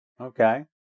Okay